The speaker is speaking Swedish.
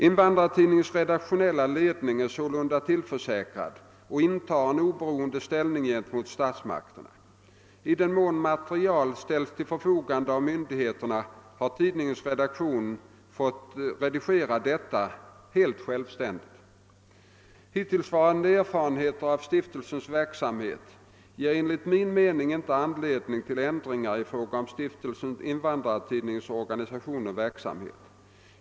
Invandrartidningens redaktionella ledning är sålunda tillförsäkrad och intar en oberoende ställning gentemot statsmakterna. I den mån material ställts till förfogande av myndigheterna har tidningens redaktion fått redigera detta helt självständigt. Hittillsvarande erfarenheter av stiftelsens verksamhet ger enligt min mening inte anledning till ändringar i fråga om Stiftelsen Invandrartidningens organisation och verksamhet.